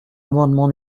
amendement